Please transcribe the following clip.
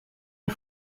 les